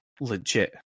legit